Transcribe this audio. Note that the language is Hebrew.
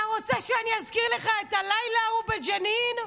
אתה רוצה שאני אזכיר לך את הלילה ההוא בג'נין,